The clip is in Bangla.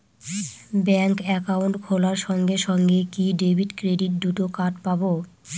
ব্যাংক অ্যাকাউন্ট খোলার সঙ্গে সঙ্গে কি ডেবিট ক্রেডিট দুটো কার্ড পাবো?